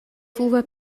fuva